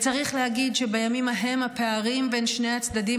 צריך להגיד שבימים ההם הפערים בין שני הצדדים